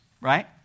right